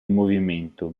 movimento